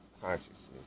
consciousness